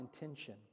intention